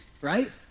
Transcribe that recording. right